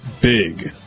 big